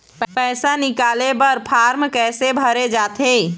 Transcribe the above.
पैसा निकाले बर फार्म कैसे भरे जाथे?